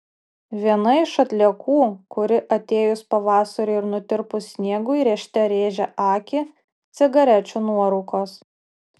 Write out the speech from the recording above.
viena iš atliekų kuri atėjus pavasariui ir nutirpus sniegui rėžte rėžia akį cigarečių nuorūkos